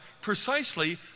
precisely